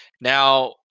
Now